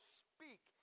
speak